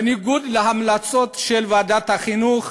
בניגוד להמלצות של ועדת החינוך